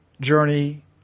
journey